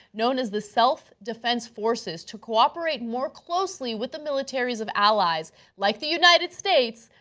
known as the self-defense forces, to cooperate more closely with the militaries of allies like the united states,